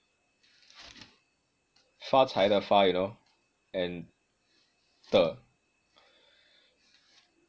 发财的发 you know and 的